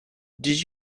did